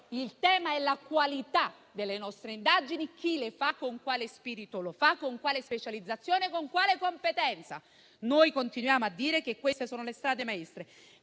Il tema è la qualità delle nostre indagini, chi le fa, con quale spirito le fa, con quale specializzazione e con quale competenza. Noi continuiamo a dire che queste sono le strade maestre.